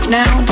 now